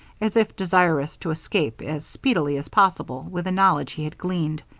as if desirous to escape as speedily as possible with the knowledge he had gleaned.